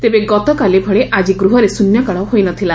ତେବେ ଗତକାଲି ଭଳି ଆଜି ଗୃହରେ ଶୃନ୍ୟକାଳ ହୋଇନଥିଲା